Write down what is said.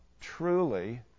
truly